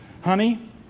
honey